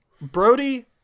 brody